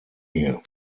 here